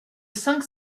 cinq